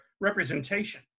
representation